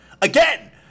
Again